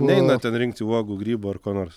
neina ten rinkti uogų grybų ar ko nors